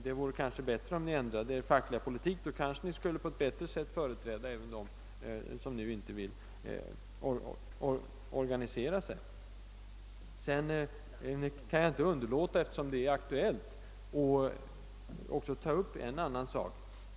Det vore kanske bättre om ni ändrade er fackliga politik — då kanske ni bättre skulle kunna företräda även dem som nu inte vill organisera sig. Sedan kan jag inte underlåta att ta upp en annan fråga, eftersom den är aktuell.